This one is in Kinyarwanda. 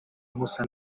musa